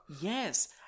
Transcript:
Yes